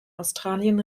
australien